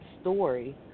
story